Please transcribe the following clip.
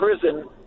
prison